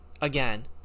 again